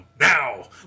now